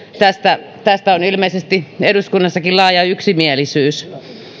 tästä tästä on ilmeisesti eduskunnassakin laaja yksimielisyys